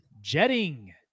jetting